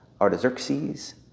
Artaxerxes